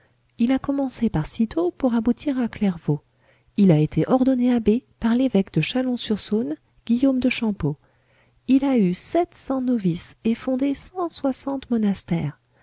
il a commencé par cîteaux pour aboutir à clairvaux il a été ordonné abbé par l'évêque de châlon sur saône guillaume de champeaux il a eu sept cents novices et fondé cent soixante monastères